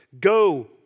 go